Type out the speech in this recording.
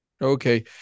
Okay